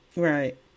Right